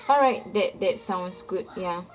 alright that that sounds good ya